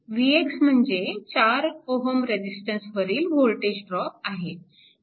Vx म्हणजे 4Ω रेजिस्टन्सवरील voltage drop आहे